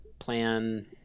plan